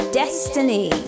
destiny